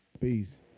Peace